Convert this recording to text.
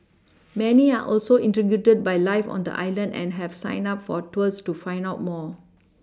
many are also intrigued by life on the island and have signed up for tours to find out more